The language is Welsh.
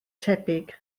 tebyg